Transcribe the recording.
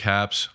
Caps